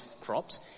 crops